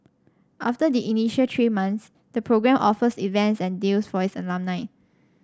after the initial three months the program offers events and deals for its alumni